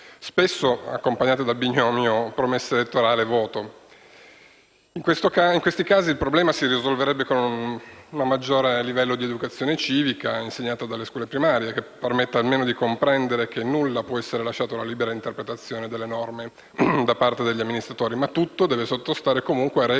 spesso accompagnati dal binomio promessa elettorale-voto. In questi casi il problema si risolverebbe con un maggiore livello di educazione civica insegnata dalle scuole primarie, che permetta almeno di comprendere che nulla può essere lasciato alla libera interpretazione delle norme da parte degli amministratori, ma tutto deve sottostare comunque a regole